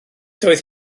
doedd